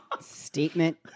Statement